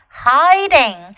hiding